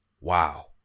Wow